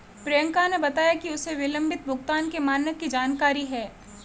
प्रियंका ने बताया कि उसे विलंबित भुगतान के मानक की जानकारी है